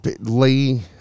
Lee